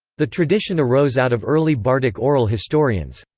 the tradition arose out of early bardic oral historians.